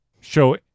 show